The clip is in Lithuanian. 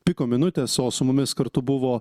piko minutės o su mumis kartu buvo